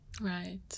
Right